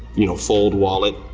you know, fold wallet,